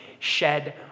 shed